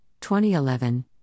2011